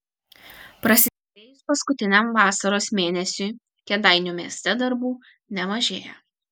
prasidėjus paskutiniam vasaros mėnesiui kėdainių mieste darbų nemažėja